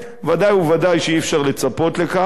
ודאי וודאי שאי-אפשר לצפות לכך.